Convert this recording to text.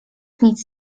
nic